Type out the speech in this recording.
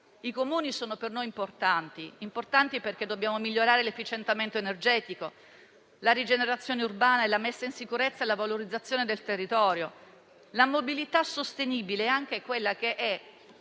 ultimi sono per noi importanti, perché dobbiamo migliorare l'efficientamento energetico, la rigenerazione urbana, la messa in sicurezza e la valorizzazione del territorio, la mobilità sostenibile e in particolare